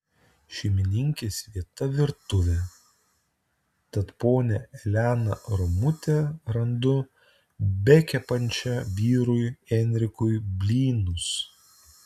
šeimininkės vieta virtuvė tad ponią eleną romutę randu bekepančią vyrui enrikui blynus